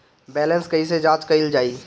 Balance कइसे जांच कइल जाइ?